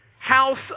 House